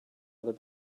other